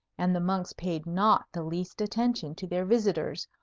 and the monks paid not the least attention to their visitors,